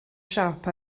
siop